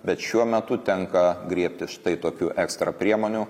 bet šiuo metu tenka griebtis štai tokių ekstra priemonių